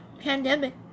pandemic